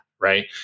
Right